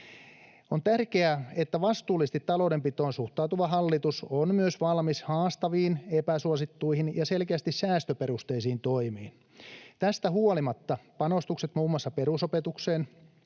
On tärkeää, että vastuullisesti taloudenpitoon suhtautuva hallitus on myös valmis haastaviin, epäsuosittuihin ja selkeästi säästöperusteisiin toimiin. Tästä huolimatta panostukset muun muassa perusopetukseen,